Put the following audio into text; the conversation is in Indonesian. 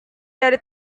dari